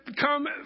come